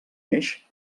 eix